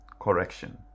correction